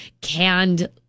canned